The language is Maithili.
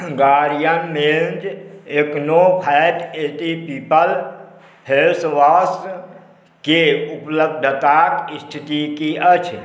Garnier men acno fight anti pimple फेसवॉशके उपलब्धताके स्थिति कि अछि